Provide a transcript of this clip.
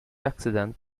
accident